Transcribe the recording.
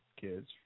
kids